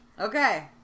Okay